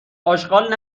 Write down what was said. آشغال